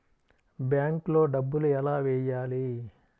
బ్యాంక్లో డబ్బులు ఎలా వెయ్యాలి?